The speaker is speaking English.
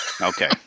Okay